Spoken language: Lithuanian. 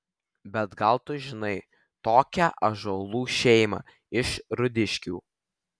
bet gal tu žinai tokią ąžuolų šeimą iš rūdiškių